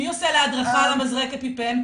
מי עושה לה הדרכה על מזרק אפיפן?